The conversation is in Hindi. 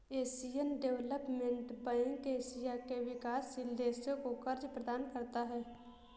एशियन डेवलपमेंट बैंक एशिया के विकासशील देशों को कर्ज प्रदान करता है